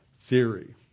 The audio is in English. theory